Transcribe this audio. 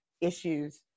issues